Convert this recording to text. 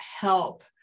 help